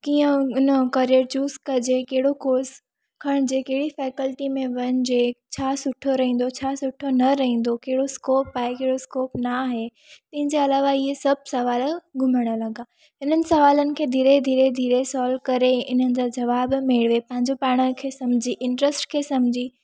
कीअं उन जो करियर चूज़ कजे कहिड़ो कोर्स खणिजे कहिड़ी फैकल्टी में वञिजे छा सुठो रहंदो छा सुठो न रहंदो कहिड़ो स्कोप आहे कहिड़ो स्कोप नाहे इन जे अलावा इहे सभु सुवाल घुमणु लॻा इन्हनि सुवालनि खे धीरे धीरे धीरे सॉल्व करे इन्हनि जा जवाबु मेड़े पंहिंजो पाण खे सम्झी इंट्रेस्ट खे सम्झी